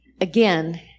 again